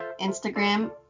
Instagram